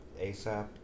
ASAP